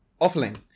Offline